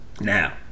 Now